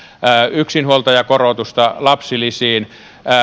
yksinhuoltajakorotusta lapsilisiin